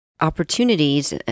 opportunities